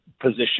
position